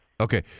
Okay